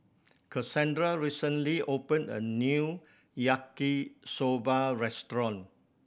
Kasandra recently opened a new Yaki Soba restaurant